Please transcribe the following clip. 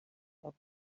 auf